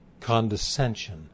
condescension